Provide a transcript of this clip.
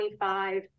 25